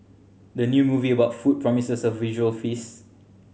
the new movie about food promises a visual feast